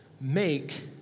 make